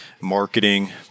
marketing